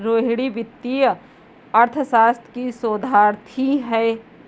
रोहिणी वित्तीय अर्थशास्त्र की शोधार्थी है